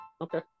okay